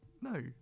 No